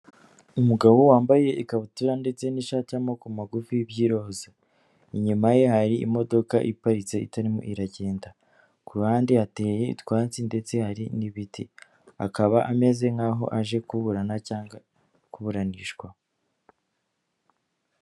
Umugabo wambaye ikabutura ndetse n'ishati y'amaboko magufi by'iroze, inyuma ye hari imodoka iparitse itarimo iragenda, ku ruhande hateye utwatsi ndetse hari n'ibiti, akaba ameze nk'aho aje kuburana cyangwa kuburanishwa.